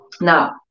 Now